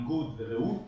ביגוד וריהוט